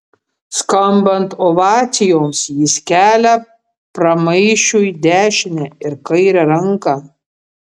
skambant ovacijoms jis kelia pramaišiui dešinę ir kairę ranką